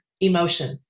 emotion